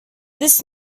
this